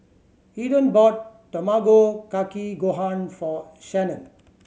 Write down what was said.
Eden bought Tamago Kake Gohan for Shanon